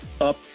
Up